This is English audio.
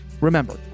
Remember